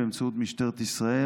באמצעות משטרת ישראל,